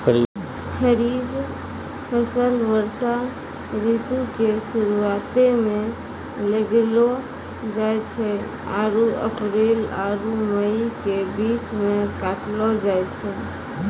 खरीफ फसल वर्षा ऋतु के शुरुआते मे लगैलो जाय छै आरु अप्रैल आरु मई के बीच मे काटलो जाय छै